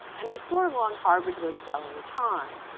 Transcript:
and before long, harvard was selling time.